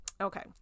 Okay